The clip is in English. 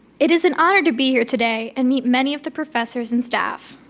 it is an honor to be here today and meet many of the professors and staff.